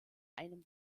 einem